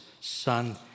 son